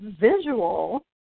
visual